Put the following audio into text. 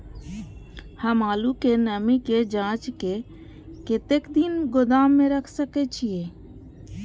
हम आलू के नमी के जाँच के कतेक दिन गोदाम में रख सके छीए?